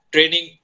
Training